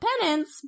penance